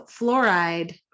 fluoride